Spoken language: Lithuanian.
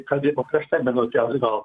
kalbėjo prieš tai minutę atgal